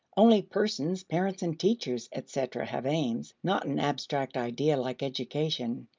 only persons, parents, and teachers, etc, have aims, not an abstract idea like education.